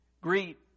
Greet